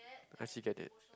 I actually get it